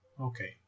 Okay